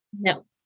No